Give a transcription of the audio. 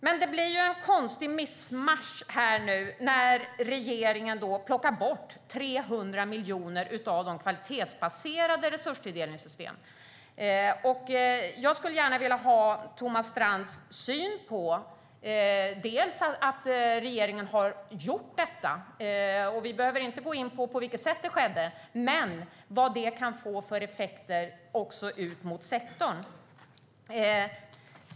Men det blir ett konstigt missmasch när regeringen plockar bort 300 miljoner från kvalitetsbaserade resurstilldelningssystem. Jag skulle gärna vilja ha Thomas Strands syn på att regeringen har gjort detta - vi behöver inte gå in på vilket sätt det skedde - och vad det kan få för effekter ut mot sektorn.